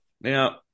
now